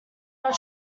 not